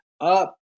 up